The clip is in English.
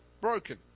broken